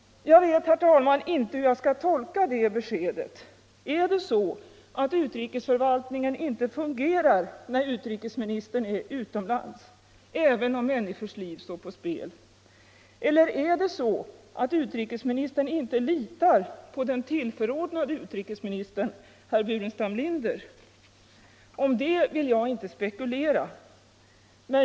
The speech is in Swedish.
Jag vet inte, herr talman, hur jag skall tolka det beskedet. Är det så att utrikesförvaltningen inte fungerar när utrikesministern är utomlands — även om människors liv står på spel? Eller är det så att utrikesministern inte litar på den tillförordnade utrikesministern, herr Burenstam Linder? Om det vill jag inte spekulera.